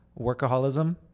workaholism